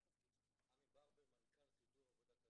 אני עמי ברבר, מנכ"ל עמותת הלב.